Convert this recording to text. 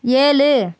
ஏழு